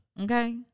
Okay